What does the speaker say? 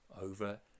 over